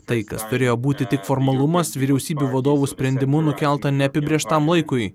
tai kas turėjo būti tik formalumas vyriausybių vadovų sprendimu nukelta neapibrėžtam laikui